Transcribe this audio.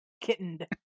kittened